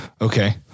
Okay